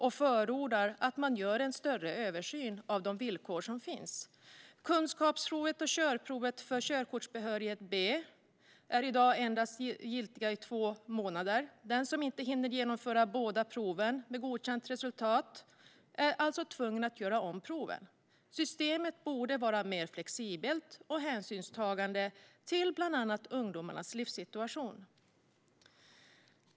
Vi förordar att man gör en större översyn av de villkor som finns. Kunskapsprovet och körprovet för körkortsbehörighet B är i dag endast giltiga i två månader. Den som inte hinner genomföra båda proven med godkänt resultat är alltså tvungen att göra om proven. Systemet borde vara mer flexibelt och hänsynstagande till bland annat ungdomarnas livssituation.